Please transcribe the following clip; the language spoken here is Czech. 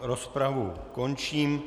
Rozpravu končím.